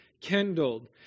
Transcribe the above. kindled